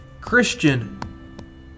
Christian